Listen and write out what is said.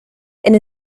and